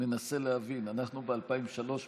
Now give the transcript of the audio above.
מנסה להבין: אנחנו ב-2003,